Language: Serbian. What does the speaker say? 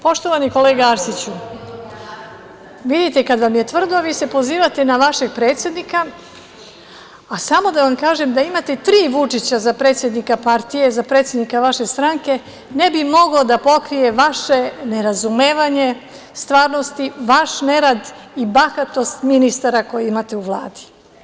Poštovani kolega Arsiću, vidite, kad vam je tvrdo vi se pozivate na vašeg predsednika, a samo da vam kažem da imate tri Vučića za predsednika partije, za predsednika vaše stranke ne bi moglo da pokrije vaše nerazumevanje stvarnosti, vaš nerad i bahatost ministara koje imate u Vladi.